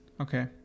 Okay